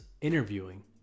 interviewing